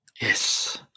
Yes